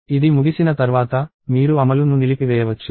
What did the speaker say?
ఇది ముగిసిన తర్వాత మీరు అమలు ను నిలిపివేయవచ్చు